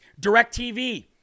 Directv